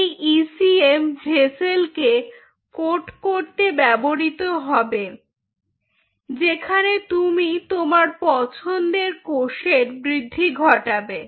এই ECM vessel কে coat করতে ব্যবহৃত হবে যেখানে তুমি তোমার পছন্দের কোষের বৃদ্ধি ঘটাবে